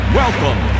welcome